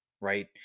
right